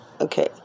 Okay